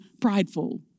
prideful